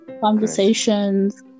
conversations